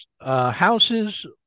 houses